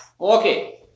Okay